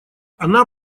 она